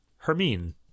Hermine